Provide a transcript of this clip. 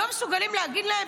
אתם לא מסוגלים להגיד להן?